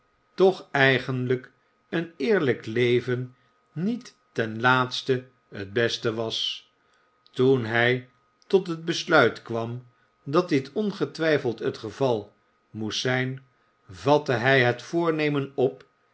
toch eigenlijk een eerlijk leven niet ten laatste het beste was toen hij tot het besluit kwam dat dit ongetwijfeld het geval moest zijn vatte hij het voornemen op